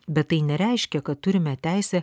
bet tai nereiškia kad turime teisę